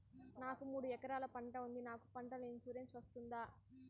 నాకు మూడు ఎకరాలు భూమి ఉంది నాకు పంటల ఇన్సూరెన్సు వస్తుందా?